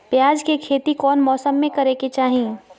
प्याज के खेती कौन मौसम में करे के चाही?